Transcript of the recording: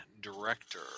director